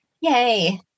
Yay